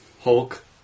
Hulk